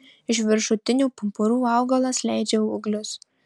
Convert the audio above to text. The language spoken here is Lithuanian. iš viršutinių pumpurų augalas leidžia ūglius